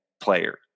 player